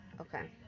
okay